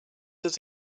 does